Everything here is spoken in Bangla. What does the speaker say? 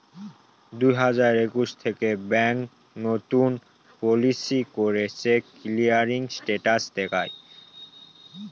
দুই হাজার একুশ থেকে ব্যাঙ্ক নতুন পলিসি করে চেক ক্লিয়ারিং স্টেটাস দেখায়